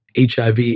HIV